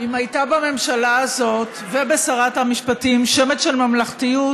אם הייתה בממשלה הזאת ובשרת המשפטים שמץ של ממלכתיות,